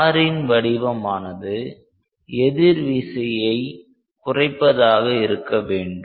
காரின் வடிவமானது எதிர் விசையை குறைப்பதாக இருக்க வேண்டும்